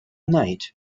night